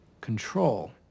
Control